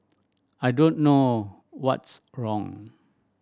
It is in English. I don't know what's wrong